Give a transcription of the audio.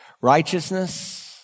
Righteousness